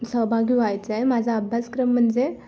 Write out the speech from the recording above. सहभागी व्हायचं आहे माझा अभ्यासक्रम म्हणजे